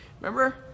remember